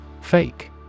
Fake